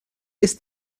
ist